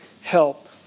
help